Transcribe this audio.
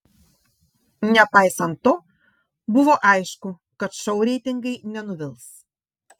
nepaisant to buvo aišku kad šou reitingai nenuvils